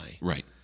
Right